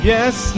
Yes